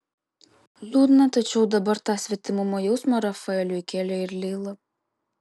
liūdna tačiau dabar tą svetimumo jausmą rafaeliui kėlė ir leila